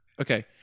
Okay